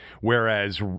whereas